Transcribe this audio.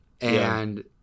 And-